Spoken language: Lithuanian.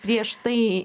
prieš tai